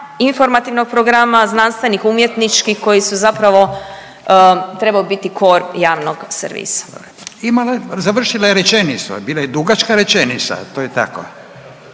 informativnog programa, znanstvenih, umjetnički koji su zapravo trebaju biti core javnog servisa. **Radin, Furio (Nezavisni)** Završila je rečenicu, bila je dugačka rečenica. To je tako.